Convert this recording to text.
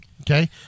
Okay